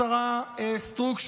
השרה סטרוק,